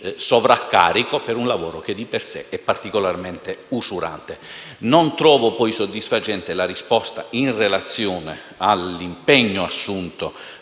sovraccarico per un lavoro che di per sé è particolarmente usurante. Non trovo inoltre soddisfacente la risposta in relazione all'impegno assunto